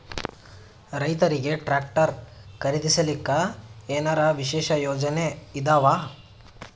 ರೈತರಿಗೆ ಟ್ರಾಕ್ಟರ್ ಖರೀದಿಸಲಿಕ್ಕ ಏನರ ವಿಶೇಷ ಯೋಜನೆ ಇದಾವ?